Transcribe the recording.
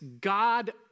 God